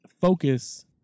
focus